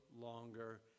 longer